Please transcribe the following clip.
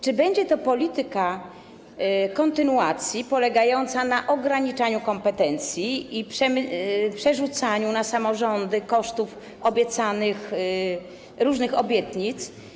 Czy będzie to polityka kontynuacji, polegająca na ograniczaniu kompetencji i przerzucaniu na samorządy kosztów różnych obietnic?